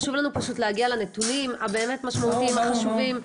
חשוב לנו פשוט להגיע לנתונים באמת המשמעותיים והחשובים,